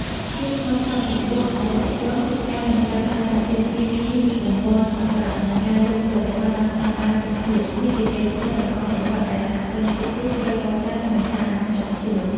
ភាពស្មោះត្រង់ចំពោះអតិថិជន ការមិនប្រើប្រាស់សារធាតុគីមីបំប៉នខុសច្បាប់ និងការលក់ផលិតផលតាមស្ដង់ដារសុខភាព គឺជាកេរ្តិ៍ឈ្មោះដ៏ល្អបំផុតដែលសហគ្រិនគ្រប់រូបត្រូវកសាង និងរក្សាឱ្យបានខ្ជាប់ខ្ជួន។